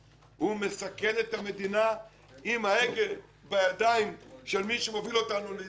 הוא מסכן את המדינה עם ההגה בידי שמי שמוביל אותנו להידרדרות.